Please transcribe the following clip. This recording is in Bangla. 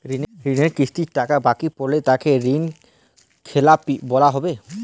ঋণের কিস্তি কটা বাকি পড়লে তাকে ঋণখেলাপি বলা হবে?